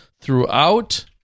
throughout